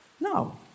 No